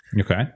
Okay